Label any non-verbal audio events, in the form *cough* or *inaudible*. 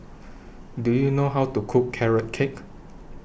Do YOU know How to Cook Carrot Cake *noise*